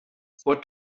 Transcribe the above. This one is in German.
vor